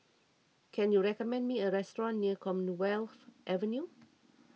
can you recommend me a restaurant near Commonwealth Avenue